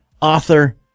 author